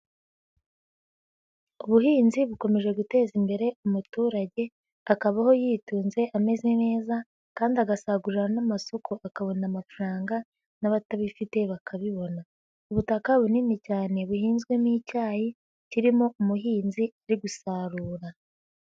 Ubuhinzi bukomeje guteza imbere umuturage akabaho yitunze ameze neza kandi agasagurira n'amasoko akabona amafaranga n'abatabifite bakabibona, ubutaka bunini cyane buhinzwemo icyayi kirimo umuhinzi ari gusarura.